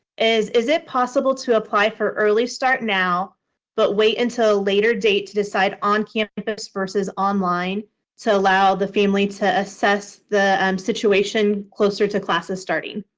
is, is it possible to apply for early start now but wait until a later date to decide on campus versus online to allow the family to assess the um situation closer to classes starting?